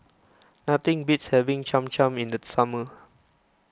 nothing beats having Cham Cham in the summer